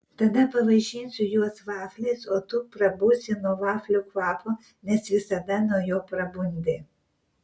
tada pavaišinsiu juos vafliais o tu prabusi nuo vaflių kvapo nes visada nuo jo prabundi